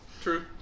True